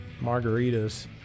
margaritas